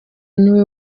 niwe